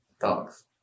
dogs